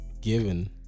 given